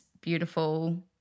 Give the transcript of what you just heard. beautiful